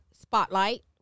spotlight